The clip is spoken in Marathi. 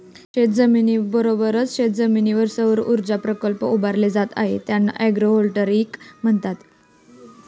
शेतीबरोबरच शेतजमिनीवर सौरऊर्जा प्रकल्प उभारले जात आहेत ज्यांना ॲग्रोव्होल्टेईक म्हणतात